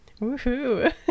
Woohoo